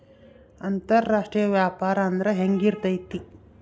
ಅಂತರಾಷ್ಟ್ರೇಯ ವ್ಯಾಪಾರ ಅಂದ್ರೆ ಹೆಂಗಿರ್ತೈತಿ?